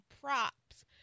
props